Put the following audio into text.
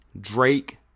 drake